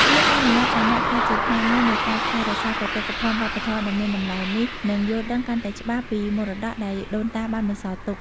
វាអនុញ្ញាតឱ្យអ្នកក្លាយជាផ្នែកមួយនៃការថែរក្សាបេតិកភណ្ឌវប្បធម៌ដ៏មានតម្លៃនេះ និងយល់ដឹងកាន់តែច្បាស់ពីមរតកដែលដូនតាបានបន្សល់ទុក។